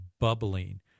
bubbling